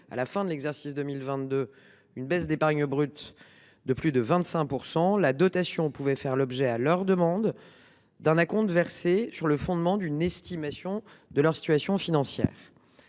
à la fin de l’exercice 2022, une baisse d’épargne brute de plus de 25 %, la dotation pouvait faire l’objet, à leur demande, d’un acompte versé sur le fondement d’une estimation de leur situation financière.